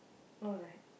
no right